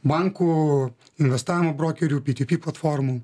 bankų investavimo brokerių ptp platformų